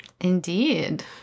indeed